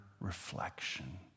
reflection